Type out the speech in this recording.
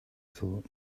thought